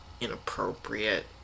inappropriate